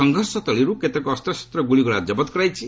ସଂଘର୍ଷ ସ୍ଥଳୀରୁ କେତେକ ଅସ୍ତ୍ରଶସ୍ତ ଗୁଳିଗୋଳା ଜବତ କରାଯାଇଛି